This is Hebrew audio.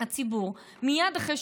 מייד אחרי